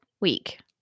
week